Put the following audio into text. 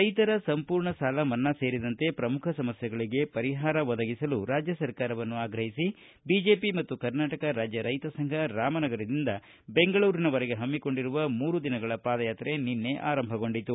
ರೈತರ ಸಂಪೂರ್ಣ ಸಾಲ ಮನ್ನಾ ಸೇರಿದಂತೆ ಪ್ರಮುಖ ಸಮಸ್ಥೆಗಳಿಗೆ ಪರಿಹಾರ ಒದಗಿಸುವಂತೆ ರಾಜ್ಯ ಸರ್ಕಾರವನ್ನು ಆಗ್ರಹಿಸಿ ಬಿಜೆಪಿ ಮತ್ತು ಕರ್ನಾಟಕ ರಾಜ್ಯ ರೈತ ಸಂಘ ರಾಮನಗರದಿಂದ ಬೆಂಗಳೂರಿನವರೆಗೆ ಹಮ್ಮಿಕೊಂಡಿರುವ ಮೂರು ದಿನಗಳ ಪಾದಾಯಾತ್ರೆ ನಿನ್ನೆ ಆರಂಭಗೊಂಡಿತು